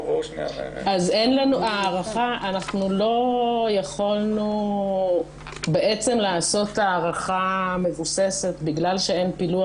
אנחנו לא יכולנו לעשות הערכה מבוססת בגלל שאין פילוח,